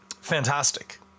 Fantastic